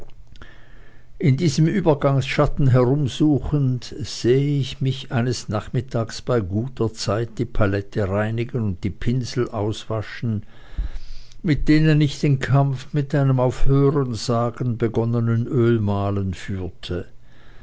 in diesem übergangsschatten herumsuchend sehe ich mich eines nachmittags bei guter zeit die palette reinigen und die pinsel auswaschen mit denen ich den kampf mit einem auf hörensagen begonnenen ölmalen führte